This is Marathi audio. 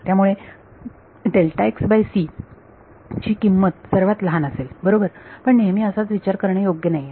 त्यामुळे ची किंमत सर्वात लहान असेल बरोबर पण नेहमी असाच विचार करणे योग्य नव्हे